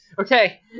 Okay